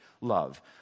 love